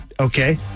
Okay